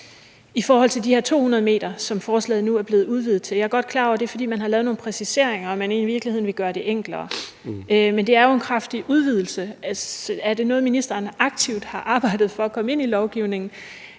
ordfører, men måske ministeren så kan fortælle mig noget. Jeg er godt klar over, det er, fordi man har lavet nogle præciseringer, og man i virkeligheden vil gøre det enklere, men det er jo en kraftig udvidelse. Er det noget, ministeren aktivt har arbejdet for at få ind i lovgivningen?